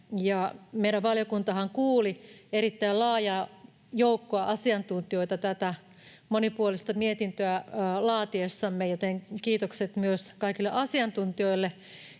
Meidän valiokuntammehan kuuli erittäin laajaa joukkoa asiantuntijoita tätä monipuolista mietintöä laatiessaan, joten kiitokset myös kaikille asiantuntijoille.